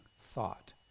thought